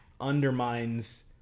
Undermines